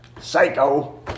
psycho